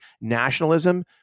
nationalism